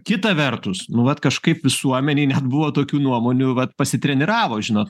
kita vertus nu vat kažkaip visuomenėj net buvo tokių nuomonių vat pasitreniravo žinot